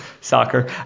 soccer